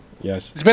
yes